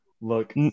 look